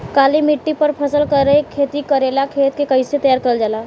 काली मिट्टी पर फसल खेती करेला खेत के कइसे तैयार करल जाला?